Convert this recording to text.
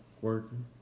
working